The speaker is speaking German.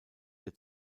der